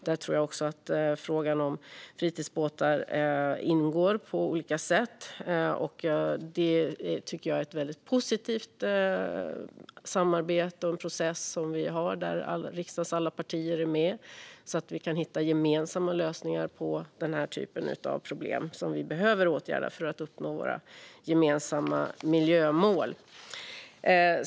Där tror jag också att frågan om fritidsbåtar ingår på olika sätt. Det är ett väldigt positivt samarbete och en process där riksdagens alla partier är med. Så kan vi hitta gemensamma lösningar på den här typen av problem, som vi behöver åtgärda för att uppnå våra gemensamma miljömål.